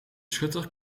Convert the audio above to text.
schutter